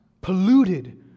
polluted